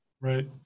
Right